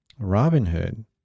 Robinhood